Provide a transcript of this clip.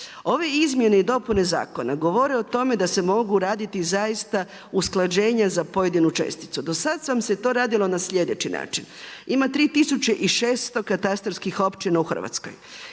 Ovdje izmjene i dopune zakona govore o tome da se mogu raditi zaista usklađenja za pojedinu česticu. Do sada vam se to radilo na sljedeći način. Ima 3600 katastarskih općina u Hrvatskoj.